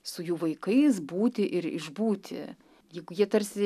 su jų vaikais būti ir išbūti juk jie tarsi